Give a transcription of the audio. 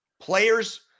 Players